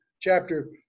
chapter